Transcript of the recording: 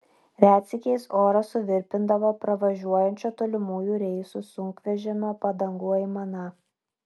retsykiais orą suvirpindavo pravažiuojančio tolimųjų reisų sunkvežimio padangų aimana